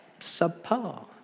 subpar